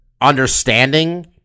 understanding